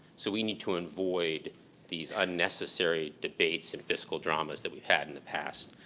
so we need to avoid these unnecessary debates and physical dramas that we had in the past.